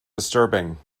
disturbing